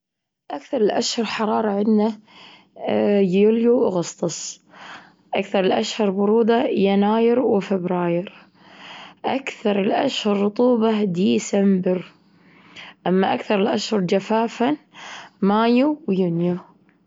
أكثر الأشهر حرارة عنا يوليو أغسطس. أكثر الأشهر برودة يناير وفبراير. أكثر الأشهر رطوبة ديسمبر. أما أكثر الأشهر جفافا مايو ويونيه.